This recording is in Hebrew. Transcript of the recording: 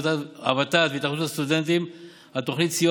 ות"ת והתאחדות הסטודנטים על תוכנית סיוע